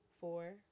Four